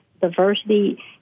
diversity